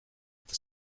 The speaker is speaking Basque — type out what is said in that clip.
eta